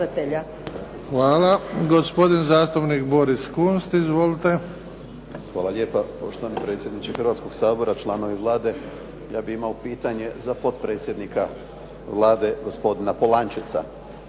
(HDZ)** Hvala. Gospodin zastupnik Boris Kunst. Izvolite. **Kunst, Boris (HDZ)** Hvala lijepa poštovani predsjedniče Hrvatskog sabora, članovi Vlade. Ja bih imao pitanje za potpredsjednika Vlade, gospodina Polančeca.